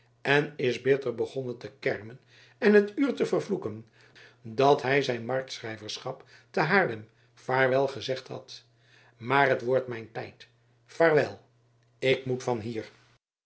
en is bitter begonnen te kermen en het uur te vervloeken dat hij zijn marktschrijverschap te haarlem vaarwelgezegd had maar het wordt mijn tijd vaarwel ik moet van hier